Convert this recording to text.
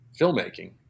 filmmaking